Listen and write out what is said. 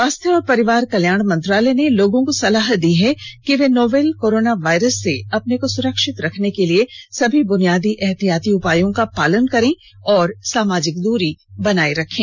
स्वास्थ्य और परिवार कल्याण मंत्रालय ने लोगों को सलाह दी है कि वे नोवल कोरोना वायरस से अपने को सुरक्षित रखने के लिए सभी बुनियादी एहतियाती उपायों का पालन करें और सामाजिक दूरी बनाए रखें